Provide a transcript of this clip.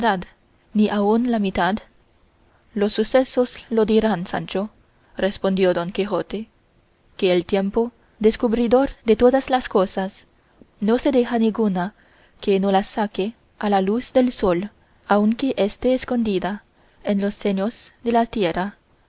aun la mitad los sucesos lo dirán sancho respondió don quijote que el tiempo descubridor de todas las cosas no se deja ninguna que no las saque a la luz del sol aunque esté escondida en los senos de la tierra